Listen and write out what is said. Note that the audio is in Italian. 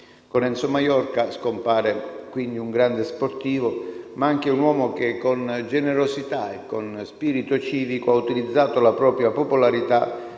Con Enzo Maiorca scompare quindi un grande sportivo, ma anche un uomo che, con generosità e spirito civico, ha utilizzato la propria popolarità